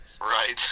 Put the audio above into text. Right